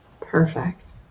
Perfect